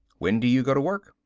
when do you go to work?